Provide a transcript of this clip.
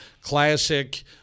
classic